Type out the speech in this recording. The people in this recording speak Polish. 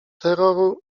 terroru